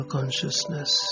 Consciousness